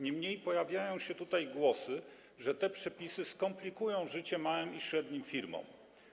Niemniej pojawiają się tutaj głosy, że te przepisy skomplikują życie małym i średnim firmom.